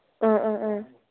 ꯑ ꯑ ꯑ